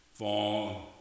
fall